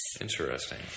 Interesting